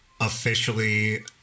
officially